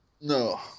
No